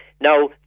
Now